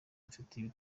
mfite